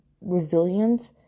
resilience